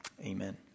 Amen